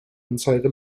anzeige